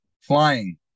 Flying